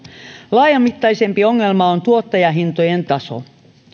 laajamittaisempi ongelma on tuottajahintojen taso